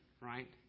right